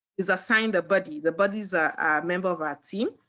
is assigned a buddy. the buddy is a member of our team.